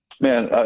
Man